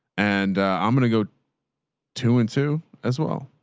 and i'm going to go two and two as well.